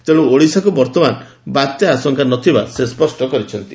ତେଣ୍ ଓଡିଶାକୁ ବର୍ଉମାନ ବାତ୍ୟା ଆଶଙ୍କା ନ ଥିବା ସେ ସ୍ୱଷ୍ଟ କରିଛନ୍ତି